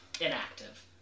inactive